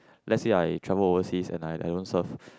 let say I travel overseas and I I don't serve